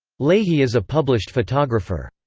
leahy is a published photographer.